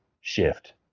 shift